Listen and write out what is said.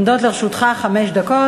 עומדות לרשותך חמש דקות.